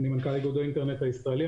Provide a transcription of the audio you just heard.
אני מנכ"ל איגוד האינטרנט הישראלי.